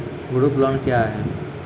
Group loan क्या है?